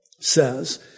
says